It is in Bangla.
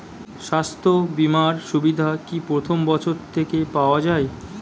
স্বাস্থ্য বীমার সুবিধা কি প্রথম বছর থেকে পাওয়া যায়?